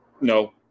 No